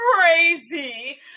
crazy